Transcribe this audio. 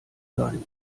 sein